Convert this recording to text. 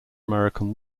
american